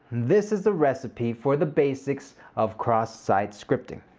this is the recipe for the basics of cross-site scripting.